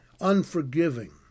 unforgiving